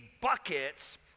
buckets